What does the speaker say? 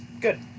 Good